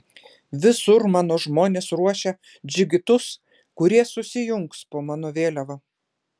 visur mano žmonės ruošia džigitus kurie susijungs po mano vėliava